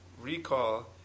recall